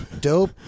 dope